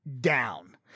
down